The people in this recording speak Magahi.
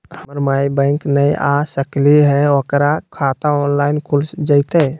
हमर माई बैंक नई आ सकली हई, ओकर खाता ऑनलाइन खुल जयतई?